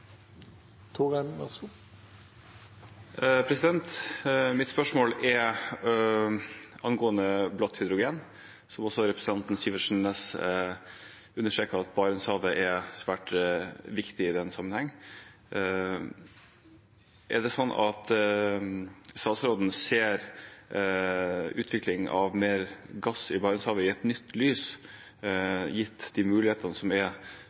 angående blått hydrogen. Som også representanten Sivertsen Næss understreket, er Barentshavet svært viktig i den sammenheng. Er det sånn at statsråden ser utvikling av mer gass i Barentshavet i et nytt lys, gitt de mulighetene som er